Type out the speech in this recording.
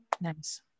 nice